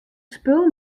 spul